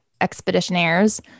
expeditionaires